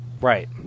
right